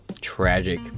Tragic